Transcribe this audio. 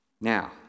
Now